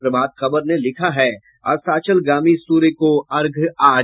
प्रभात खबर ने लिखा है अस्ताचलगामी सूर्य को अर्घ्य आज